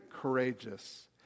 courageous